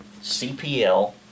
CPL